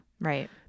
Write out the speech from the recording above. Right